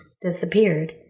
disappeared